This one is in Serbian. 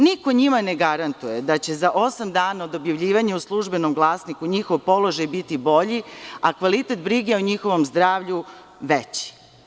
Niko njima ne garantuje da će za osam dana od objavljivanja u „Službenom glasniku“ njihov položaj biti bolji, a kvalitet brige o njihovom zdravlju veći.